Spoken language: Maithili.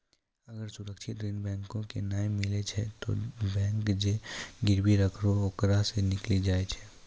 अगर सुरक्षित ऋण बैंको के नाय मिलै छै तै बैंक जे गिरबी रखलो ओकरा सं निकली जाय छै